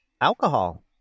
alcohol